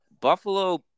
Buffalo